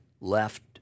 left